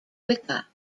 wicca